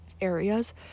areas